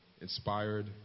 inspired